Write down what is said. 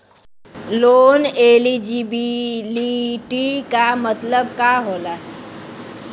Loan eligibility का मतलब का होला?